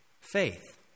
faith